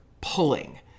pulling